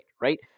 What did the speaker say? right